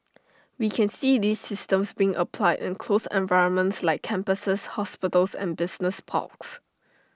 we can see these systems been applied in closed environments like campuses hospitals and business parks